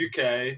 UK